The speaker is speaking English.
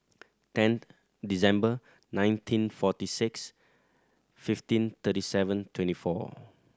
tenth December nineteen forty six fifteen thirty seven twenty four